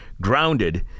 grounded